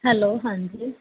hello ਹਾਂਜੀ